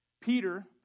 Peter